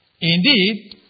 Indeed